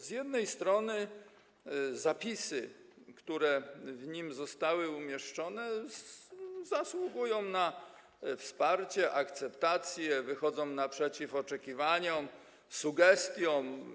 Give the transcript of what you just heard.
Z jednej strony zapisy, które zostały w nim umieszczone, zasługują na wsparcie, akceptację, wychodzą naprzeciw oczekiwaniom, sugestiom.